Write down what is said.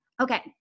okay